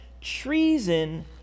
treason